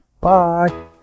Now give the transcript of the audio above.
Bye